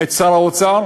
את שר האוצר?